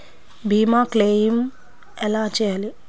భీమ క్లెయిం ఎలా చేయాలి?